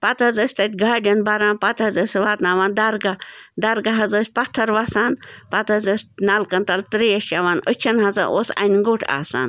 پَتہٕ حظ ٲسۍ تَتہِ گاڑیٚن بَرَان پَتہٕ حظ ٲسۍ واتٕناوان درگاہ درگاہ حظ ٲسۍ پَتھر وَسان پَتہٕ حظ ٲسۍ نَلکَن تَل ترٛیش چیٚوان أچھَن ہسا اوس اَنہِ گوٚٹ آسان